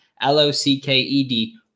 L-O-C-K-E-D